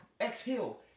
exhale